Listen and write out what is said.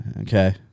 Okay